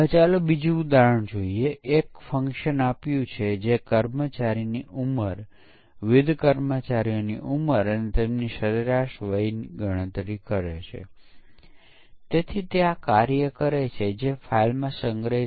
હવે બીજો પ્રશ્ન એ છે કે યુનિટ પરીક્ષણ એકીકરણ પરીક્ષણ અને સિસ્ટમ પરીક્ષણ દરમિયાન મળેલા ભૂલોના કેટલાક દાખલા આપેલ છે